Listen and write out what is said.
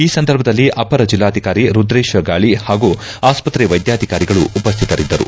ಈ ಸಂದರ್ಭದಲ್ಲಿ ಅವರ ಜಿಲ್ಲಾಧಿಕಾರಿ ರುದ್ರೇಶ ಗಾಳಿ ಹಾಗೂ ಆಸ್ತಕ್ರೆ ವೈದ್ಯಾಧಿಕಾರಿಗಳು ಉಪಶ್ಥಿತರಿದ್ದರು